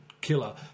killer